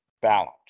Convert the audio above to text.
Balance